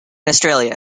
australia